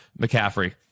McCaffrey